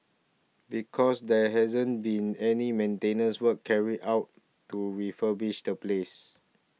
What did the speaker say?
because there hasn't been any maintenance works carried out to refurbish the place